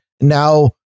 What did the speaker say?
now